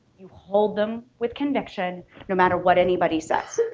you hold them with conviction no matter what anybody says,